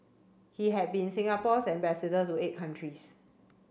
he had been Singapore's ambassador to eight countries